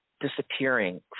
disappearing